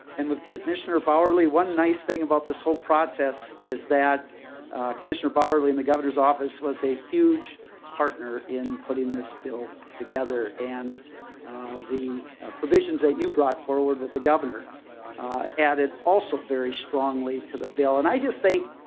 and commissioner bauerly one nice thing about this whole process is that commissioner bauerly in the governor's office was a huge partner in putting this bill together and the provisions that you brought forward with the governor added also very strongly to the bill. and i just think